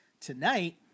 Tonight